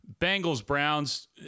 Bengals-Browns